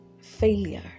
failure